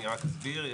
אני אסביר,